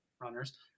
runners